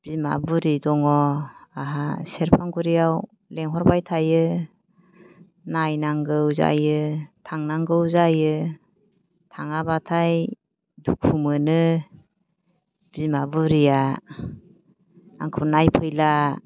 बिमा बुरि दङ आंहा सेरफांगुरियाव लेंहरबाय थायो नायनांगौ जायो थांनांगौ जायो थाङाबाथाय दुखुमोनो बिमा बुरिया आंखौ नायफैला